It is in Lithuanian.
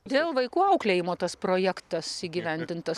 dėl vaikų auklėjimo tas projektas įgyvendintas